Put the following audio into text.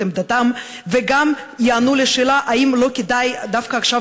עמדתם וגם יענו על השאלה אם לא כדאי דווקא עכשיו,